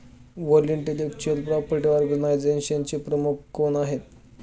World intellectual property ऑर्गनायझेशनचे प्रमुख कोण आहेत?